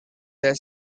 their